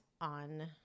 on